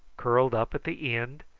curled up at the end,